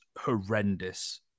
horrendous